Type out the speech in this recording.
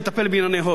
יטפל בענייני "הוט",